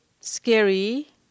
scary